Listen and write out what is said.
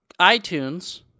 iTunes